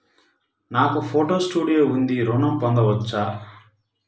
నాకు photo studio ఉంది ఋణం పొంద వచ్చునా?